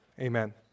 Amen